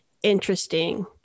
Interesting